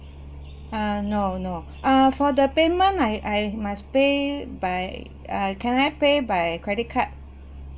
ah no no uh for the payment I I must pay by uh can I pay by credit card